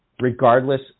regardless